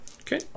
Okay